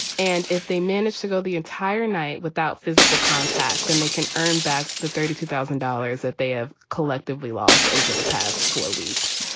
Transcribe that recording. and if they manage to go the entire night without physical contact, then they can earn back the thirty two thousand dollars that they have collectively lost over the past four weeks.